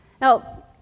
Now